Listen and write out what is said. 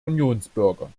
unionsbürger